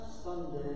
Sunday